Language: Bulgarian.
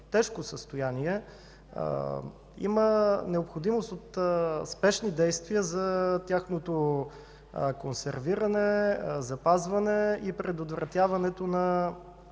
тежко състояние, има необходимост от спешни действия за тяхното консервиране, запазване и предотвратяването на